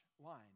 wine